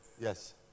Yes